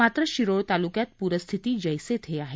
मात्र शिरोळ तालुक्यात पूरस्थिती जैसे थे आहे